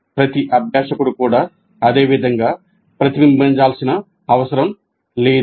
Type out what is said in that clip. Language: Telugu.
ప్రతి అభ్యాసకుడు కూడా అదే విధంగా ప్రతిబింబించాల్సిన అవసరం లేదు